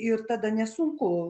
ir tada nesunku